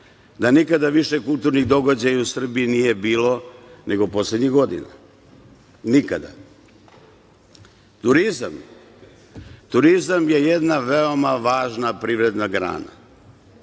da nikada više kulturnih događaja u Srbiji nije bilo nego poslednjih godina, nikada. Turizam, turizam je jedna veoma važna privredna grana.